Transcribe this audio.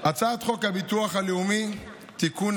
הצעת חוק הביטוח הלאומי (תיקון,